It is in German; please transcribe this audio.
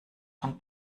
von